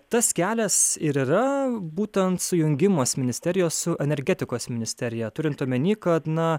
tas kelias ir yra būtent sujungimas ministerijos su energetikos ministerija turint omeny kad na